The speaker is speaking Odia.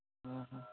ହଁ ହଁ